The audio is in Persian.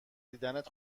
دیدنت